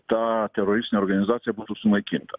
ta teroristinė organizacija būtų sunaikinta